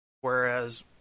Whereas